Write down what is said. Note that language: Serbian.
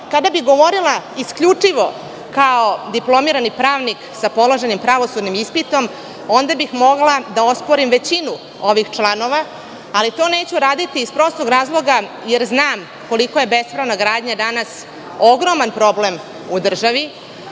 bih govorila isključivo kao diplomirani pravnik sa položenim pravosudnim ispitom, onda bih mogla da osporim većinu ovih članova, ali to neću raditi iz prostog razloga, jer znam koliko je bespravna gradnja danas ogroman problem u državi